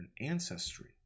ancestry